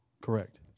Correct